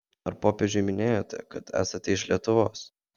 ar popiežiui minėjote kad esate iš lietuvos